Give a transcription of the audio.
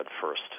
first